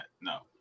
No